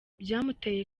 byamuteye